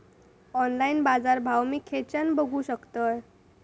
Online बाजारभाव मी खेच्यान बघू शकतय?